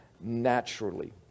naturally